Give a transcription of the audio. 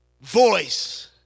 Voice